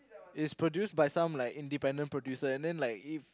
is produced by some like independent producer and then like if